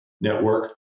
network